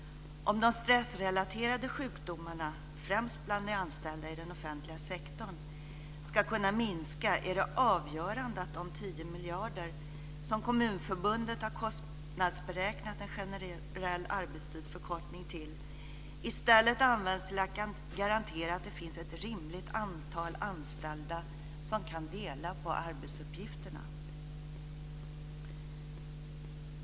Om de stressrelaterade sjukdomarna främst bland de anställda i den offentliga sektorn ska kunna minska är det avgörande att de 10 miljarder, som Kommunförbundet har kostnadsberäknat en generell arbetstidsförkortning till, i stället används till att garantera att det finns ett rimligt antal anställda som kan dela på arbetsuppgifterna.